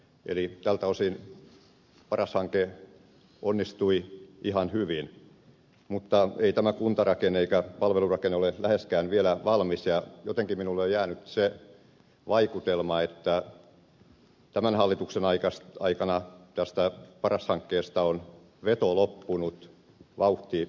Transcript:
eli tältä osin paras hanke onnistui ihan hyvin mutta ei tämä kunta ja palvelurakenne ole vielä läheskään valmis ja jotenkin minulle on jäänyt se vaikutelma että tämän hallituksen aikana tästä paras hankkeesta on veto loppunut vauhti hiipunut